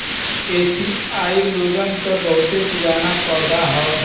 एसिआई लोगन क बहुते पुराना पौधा हौ